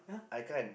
I can